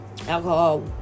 Alcohol